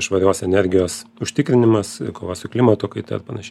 švarios energijos užtikrinimas kova su klimato kaita ir panaš